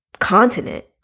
continent